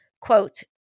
quote